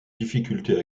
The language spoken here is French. difficulté